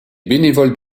bénévoles